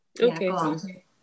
Okay